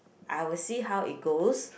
I will see how it goes